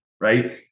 right